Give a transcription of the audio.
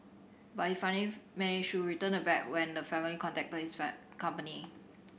but he to return the bag when the family contacted his company